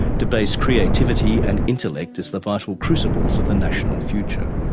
debase creativity and intellect as the vital crucibles of the national future.